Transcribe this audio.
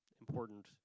important